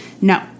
No